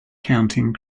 counting